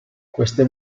queste